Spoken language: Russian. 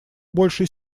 большей